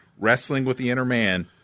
wrestlingwiththeinnerman